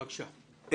בבקשה.